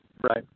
Right